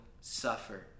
suffer